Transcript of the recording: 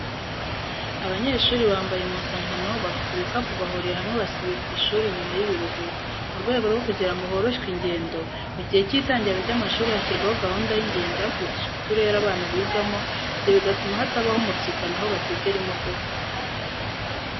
Abanyeshuri bambaye impuzankano bafite ibikapu bahuriye hamwe basubiye ku ishuri nyuma y'ibiruhuko, mu rwego rwo kugirango horoshywe ingendo mu gihe cy'itangira ry'amashuri hashyirwaho gahunda y'ingendo hakurikijwe uturere abana bigamo, ibyo bigatuma hatabaho umubyigano aho bategera imodoka.